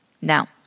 Now